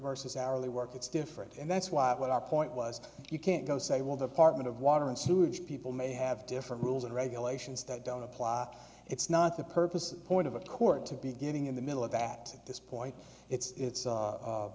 versus hourly work it's different and that's why what i point was you can't go say well department of water and sewage people may have different rules and regulations that don't apply it's not the purpose of the point of a court to be getting in the middle of that at this point it's